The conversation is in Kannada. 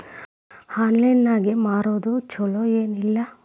ಆನ್ಲೈನ್ ನಾಗ್ ಮಾರೋದು ಛಲೋ ಏನ್ ಇಲ್ಲ?